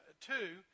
Two